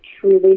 truly